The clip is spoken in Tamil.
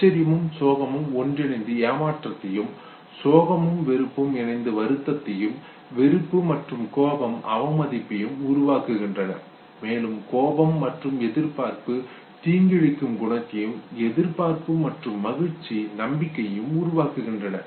ஆச்சரியமும் சோகமும் ஒன்றிணைந்து ஏமாற்றத்தையும் சோகமும் வெறுப்பும் இணைந்து வருத்தத்தையும் வெறுப்பு மற்றும் கோபம் அவமதிப்பையும் உருவாக்குகின்றனமேலும் கோபம் மற்றும் எதிர்பார்ப்பு தீங்கிழைக்கும் குணத்தையும் எதிர்பார்ப்பு மற்றும் மகிழ்ச்சி நம்பிக்கையையும் உருவாக்குகின்றன